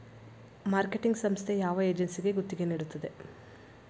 Marketing ಸಂಸ್ಥೆ ಯಾವ ಏಜೆನ್ಸಿಗೆ ಗುತ್ತಿಗೆ ನೀಡುತ್ತದೆ?